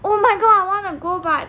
oh my god I wanna go but